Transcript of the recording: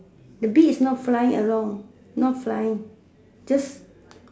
the B is not flying along not flying just